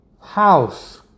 house